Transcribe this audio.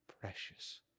precious